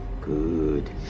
Good